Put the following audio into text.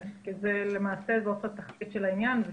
כי למעשה זאת תכלית העניין.